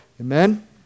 Amen